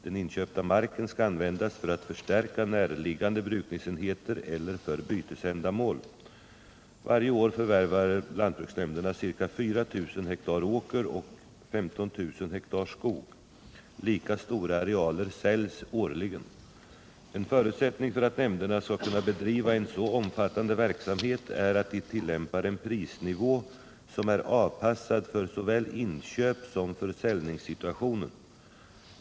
Den inköpta marken skall användas för att förstärka näraliggande brukningsenheter eller för bytesändamål. Varje år förvärvar lantbruksnämnderna ca 4 000 hektar åker och 15 000 hektar skog. Lika stora arealer säljs årligen. En förutsättning för att nämnderna skall kunna bedriva en så omfattande verksamhet är att de tillämpar en prisnivå som är avpassad för såväl inköpssom försäljningssituationen.